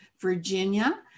Virginia